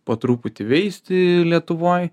po truputį veisti lietuvoj